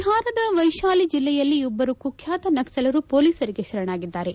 ಬಿಹಾರದ ವೈಶಾಲಿ ಜಿಲ್ಲೆಯಲ್ಲಿ ಇಬ್ಬರು ಕುಖ್ಯಾತ ನಕ್ಲಲರು ಪೊಲೀಸರಿಗೆ ಶರಣಾಗಿದ್ದಾರೆ